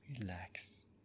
relax